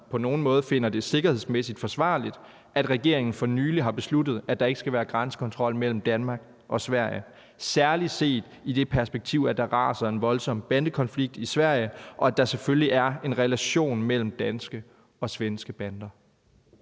Finder ministeren det sikkerhedsmæssigt forsvarligt, at regeringen for nylig har besluttet, at der ikke skal være grænsekontrol mellem Danmark og Sverige, særlig set i det perspektiv at der raserer en voldsom bandekonflikt i Sverige, og at der er en vis relation mellem danske og svenske bander?